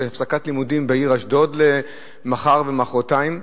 על הפסקת לימודים בעיר אשדוד מחר ומחרתיים,